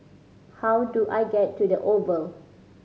how do I get to The Oval